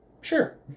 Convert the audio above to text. sure